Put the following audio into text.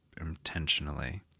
intentionally